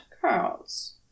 curls